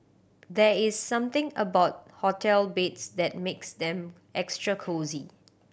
there is something about hotel beds that makes them extra cosy